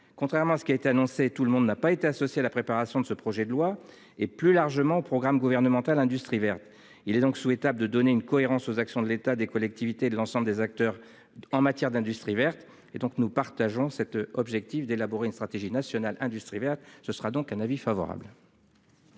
Contrairement à ce qui avait été annoncé, tout le monde n'a pas été associé à la préparation de ce projet de loi et, plus largement, au programme gouvernemental Industrie verte. Il est donc souhaitable de donner une cohérence aux actions de l'État, des collectivités et de l'ensemble des acteurs en matière d'industrie verte. La commission partage cet objectif d'élaboration d'une stratégie nationale Industrie verte. Aussi émet-elle un avis favorable